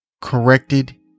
corrected